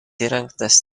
įrengtas